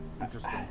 Interesting